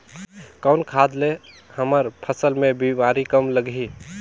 कौन खाद ले हमर फसल मे बीमारी कम लगही?